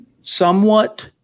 somewhat